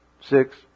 six